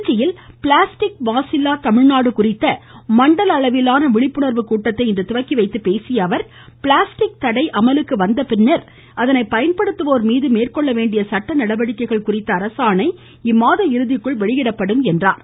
திருச்சியில் பிளாஸ்டிக் மாசில்லா தமிழ்நாடு குறித்த மண்டல அளவிலான விழிப்புணர்வு கூட்டத்தை இன்று துவக்கிவைத்து பேசிய அவர் பிளாஸ்டிக் தடை அமலுக்கு வந்தபிறகு அதனை பயன்படுத்துவோர் மீது மேற்கொள்ள வேண்டிய சட்டநடவடிக்கைகள் குறித்த அரசாணை இம்மாத இறுதிக்குள் வெளியிடப்படும் என்றார்